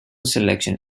selection